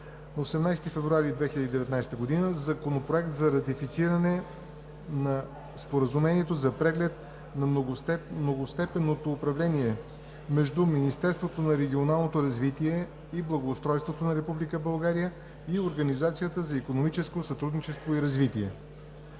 в пленарната зала. Законопроект за ратифициране на Споразумението за преглед на многостепенното управление между Министерството на регионалното развитие и благоустройството на Република България и Организацията за икономическо сътрудничество и развитие,